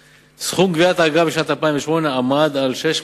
חבר הכנסת אברהים צרצור שאל את שר